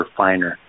finer